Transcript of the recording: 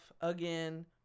again